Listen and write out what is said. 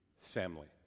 family